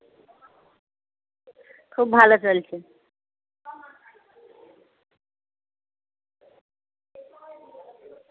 খুব ভালো চলছে